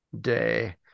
day